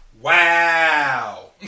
Wow